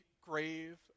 grave